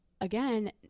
again